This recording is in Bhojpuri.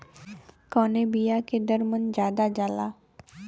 कवने बिया के दर मन ज्यादा जाला?